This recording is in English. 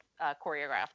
choreographed